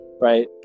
Right